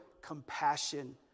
compassion